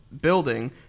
building